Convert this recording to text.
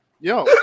Yo